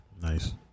Nice